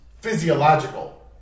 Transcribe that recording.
physiological